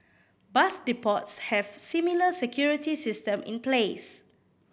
bus depots have similar security system in place